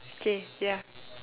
K ya